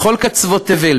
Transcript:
בכל קצוות תבל,